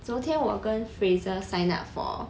昨天我跟 fraser sign up for